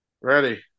Ready